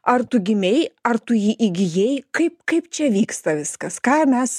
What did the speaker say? ar tu gimei ar tu jį įgijai kaip kaip čia vyksta viskas ką mes